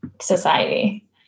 society